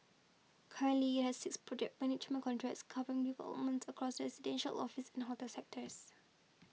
currently it has six project management contracts covering developments across residential office and hotel sectors